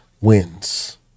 wins